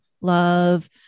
love